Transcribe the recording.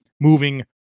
moving